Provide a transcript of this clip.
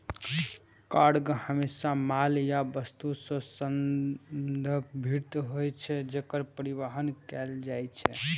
cargo हमेशा माल या वस्तु सं संदर्भित होइ छै, जेकर परिवहन कैल जाइ छै